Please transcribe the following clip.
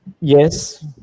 Yes